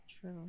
True